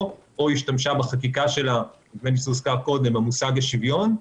עד היום או השתמשה בחקיקה שלה במושג השוויון.